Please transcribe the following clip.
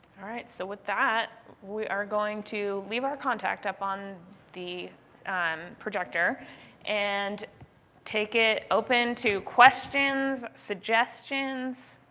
alright, so with that we are going to leave our contact up on the and projector and take it open to questions, suggestions.